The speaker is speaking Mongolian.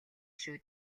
шүү